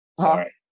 Sorry